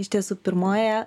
iš tiesų pirmoje